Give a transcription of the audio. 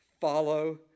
follow